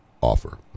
offer